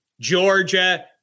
Georgia